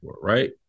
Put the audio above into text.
right